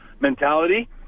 mentality